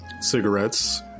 cigarettes